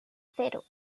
cero